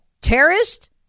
terrorist